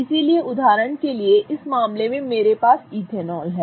इसलिए उदाहरण के लिए इस मामले में मेरे पास इथेनॉल है